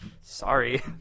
Sorry